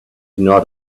not